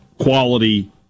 Quality